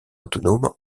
autonome